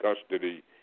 custody